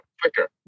quicker